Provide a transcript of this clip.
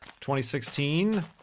2016